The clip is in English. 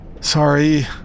Sorry